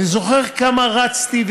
אני זוכר כמה רצתי,